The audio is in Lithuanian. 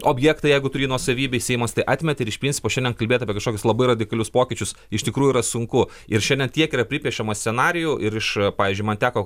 objektą jeigu turi jį nuosavybėj seimas atmetė ir iš principo šiandien kalbėt apie kažkokius labai radikalius pokyčius iš tikrųjų yra sunku ir šiandien tiek yra pripiešiama scenarijų ir iš pavyzdžiui man teko